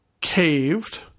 caved